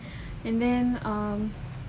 and then um